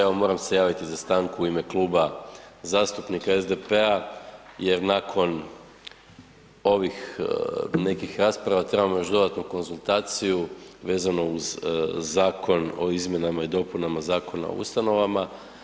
Evo moram se javiti za stanku u ime Kluba zastupnika SDP-a jer nakon ovih nekih rasprava trebamo još dodatno konzultaciju vezano uz Zakon o izmjenama i dopunama Zakona o ustanovama.